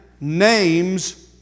names